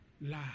Lie